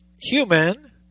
human